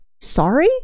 Sorry